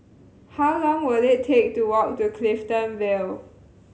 how long will it take to walk to Clifton Vale